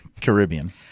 Caribbean